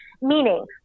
meaning